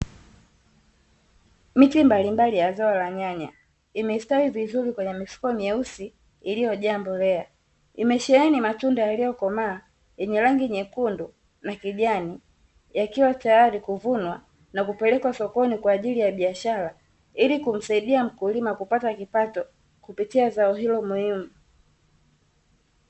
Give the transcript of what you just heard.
Miti mbalimbali ya zao la nyanya imestawi vizuri kwenye mifuko myeusi iliyojaa mbolea. Imesheheni matunda yaliyokomaa yenye rangi nyekundu na kijani, yakiwa tayari kuvunwa na kupelekwa sokoni kwa ajili ya biashara ili kumsaidia mkulima kupata kipato kupitia zao hilo muhimu.